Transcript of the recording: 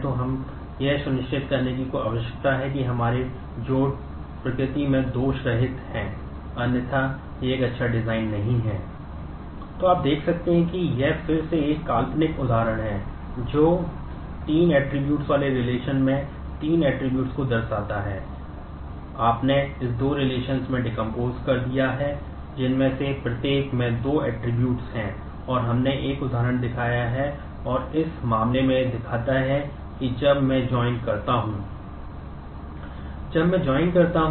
तो आप देख सकते हैं कि यह फिर से एक काल्पनिक उदाहरण है जो तीन ऐट्रिब्यूट्स करता हूं